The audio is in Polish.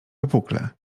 wypukle